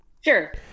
Sure